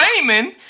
Raymond